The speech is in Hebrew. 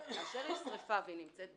כאשר יש שריפה והיא נמצאת בשלהבת,